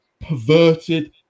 perverted